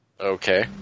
Okay